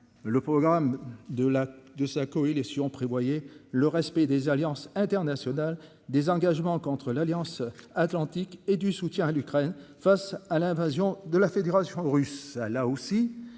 le programme. De la de sa coalition, prévoyez le respect des alliances internationales désengagement contre l'Alliance Atlantique et du soutien à l'Ukraine face à l'invasion de la Fédération russe